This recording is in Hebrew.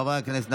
חברי הכנסת,